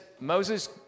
Moses